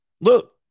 Look